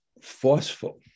forceful